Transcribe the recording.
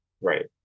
Right